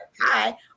hi